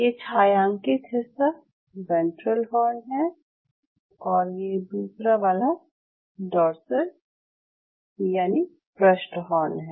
ये छायांकित हिस्सा वेंट्रल हॉर्न है और ये दूसरा वाला डोर्सल यानि पृष्ठ हॉर्न है